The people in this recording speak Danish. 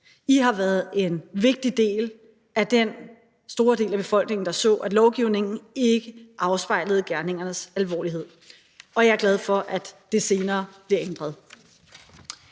I har været en vigtig del af den store del af befolkningen, der så, at lovgivningen ikke afspejlede gerningernes alvorlighed, og jeg er glad for, at det senere bliver ændret.